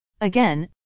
Again